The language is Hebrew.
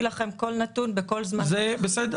לכם כל נתון בכל זמן שתחליטו -- בסדר.